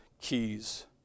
Keys